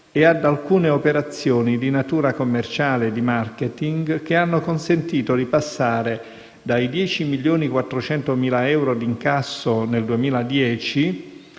e ad alcune operazioni di natura commerciale e di *marketing*, che hanno consentito di passare dai 10,4 milioni di euro d'incasso nel 2010